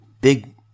big